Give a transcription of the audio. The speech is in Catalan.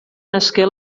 nasqué